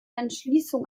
entschließung